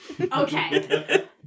Okay